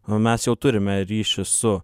o mes jau turime ryšius su